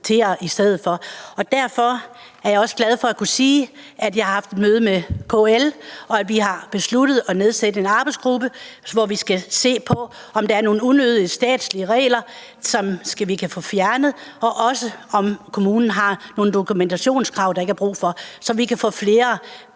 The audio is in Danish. i stedet for. Derfor er jeg også glad for at kunne sige, at jeg har haft et møde med KL, og at vi har besluttet at nedsætte en arbejdsgruppe, som skal se på, om der er nogle unødige statslige regler, som vi kan få fjernet, og også, om kommunerne har nogle dokumentationskrav, der ikke er brug for, så vi kan få flere